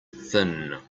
thin